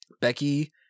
Becky